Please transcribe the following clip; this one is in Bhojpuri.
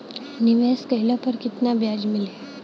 निवेश काइला पर कितना ब्याज मिली?